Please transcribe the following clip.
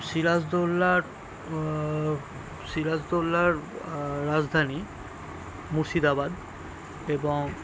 সিরাজদৌল্লার সিরাজদৌল্লার রাজধানী মুর্শিদাবাদ এবং